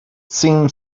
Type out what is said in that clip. seemed